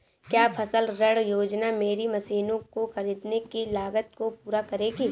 क्या फसल ऋण योजना मेरी मशीनों को ख़रीदने की लागत को पूरा करेगी?